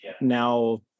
now